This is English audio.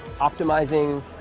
optimizing